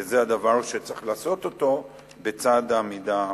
וזה הדבר שצריך לעשות אותו בצד העמידה